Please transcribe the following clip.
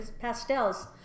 Pastels